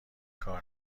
کار